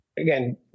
again